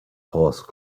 horse